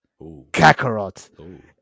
Kakarot